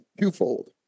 twofold